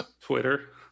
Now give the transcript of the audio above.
Twitter